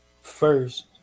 first